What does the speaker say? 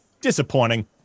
disappointing